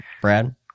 Brad